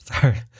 Sorry